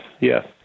Yes